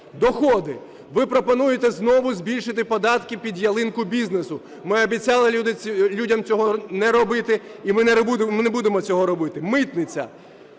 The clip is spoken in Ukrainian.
Доходи. Ви пропонуєте знову збільшити податки "під ялинку" бізнесу. Ми обіцяли людям цього не робити, і ми не будемо цього робити. Митниця.